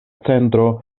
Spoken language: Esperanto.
centro